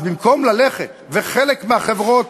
אז במקום ללכת, וחלק מהחברות,